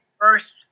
first